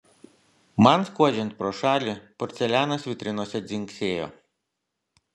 man skuodžiant pro šalį porcelianas vitrinose dzingsėjo